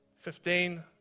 Fifteen